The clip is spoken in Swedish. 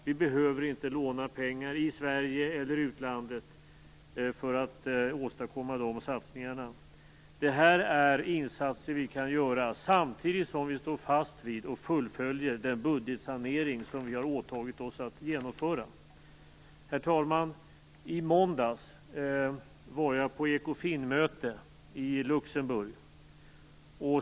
Vi behöver inte låna pengar i Sverige eller utlandet för att åstadkomma de satsningarna. Det här är insatser vi kan göra samtidigt som vi står fast vid och fullföljer den budgetsanering som vi har åtagit oss att genomföra. Herr talman! I måndags var jag på ett ekofinmöte i Luxemburg.